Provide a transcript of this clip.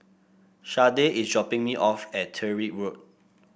Sharday is dropping me off at Tyrwhitt Road